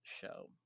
show